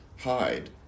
hide